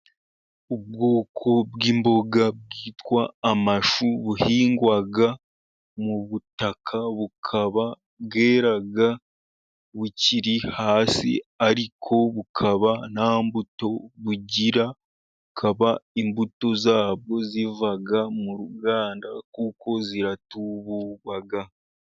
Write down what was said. Ubwoko bw'imboga bwitwa amashu buhingwa mu butaka, bukaba bwera bukiri hasi, ariko bukaba nta mbuto bugira, bukaba imbuto zabwo ziva mu ruganda kuko ziratuburwa.